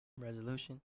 Resolution